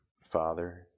father